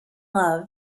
love